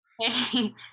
Hey